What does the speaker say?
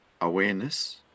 awareness